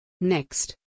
Next